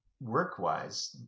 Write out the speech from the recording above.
work-wise